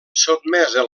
sotmesa